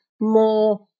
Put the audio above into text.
more